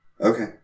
Okay